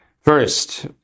first